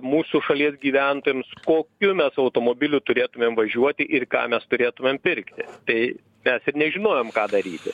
mūsų šalies gyventojams kokiu mes automobiliu turėtumėm važiuoti ir ką mes turėtumėm pirkti tai mes ir nežinojom ką daryti